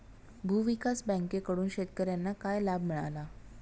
भूविकास बँकेकडून शेतकर्यांना काय लाभ मिळाला?